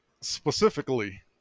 specifically